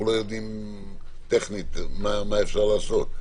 לא יודעים מבחינה טכנית מה אפשר לעשות,